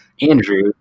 Andrew